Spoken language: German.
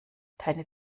deine